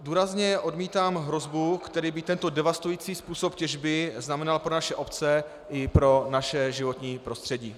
Důrazně odmítám hrozbu, kterou by tento devastující způsob těžby znamenal pro naše obce i pro naše životní prostředí.